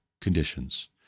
conditions